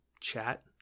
chat